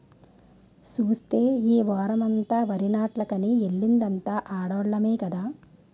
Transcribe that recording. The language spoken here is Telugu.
సూస్తే ఈ వోరమంతా వరినాట్లకని ఎల్లిందల్లా ఆడోల్లమే కదా